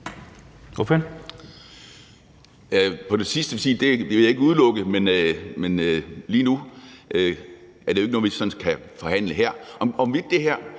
at det vil jeg ikke udelukke. Men lige nu er det jo ikke noget, vi sådan kan forhandle her. Med hensyn